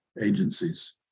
agencies